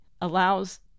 allows